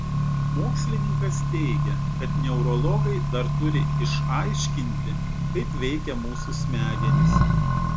mokslininkas teigia kad neurologai dar turi išaiškinti kaip veikia mūsų smegenys